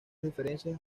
diferencias